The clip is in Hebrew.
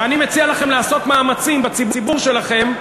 ואני מציע לכם לעשות מאמצים בציבור שלכם,